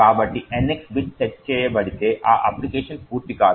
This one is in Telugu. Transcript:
కాబట్టి NX బిట్ సెట్ చేయబడితే ఈ అప్లికేషన్ పూర్తి కాదు